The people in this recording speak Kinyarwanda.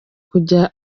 kujya